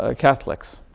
ah catholics.